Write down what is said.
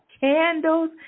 candles